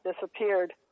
disappeared